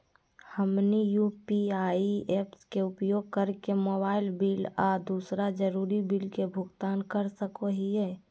हमनी UPI apps के उपयोग करके मोबाइल बिल आ दूसर जरुरी बिल के भुगतान कर सको हीयई